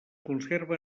conserva